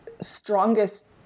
strongest